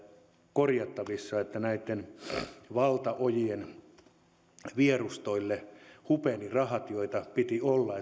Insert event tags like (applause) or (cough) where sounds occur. korjattavissa että näitten valtaojien vierustoille hupenivat rahat joita piti olla (unintelligible)